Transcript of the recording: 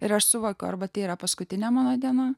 ir aš suvokiau arba tėra paskutinė mano diena